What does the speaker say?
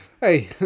hey